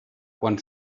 quan